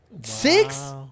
Six